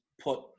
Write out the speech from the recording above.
put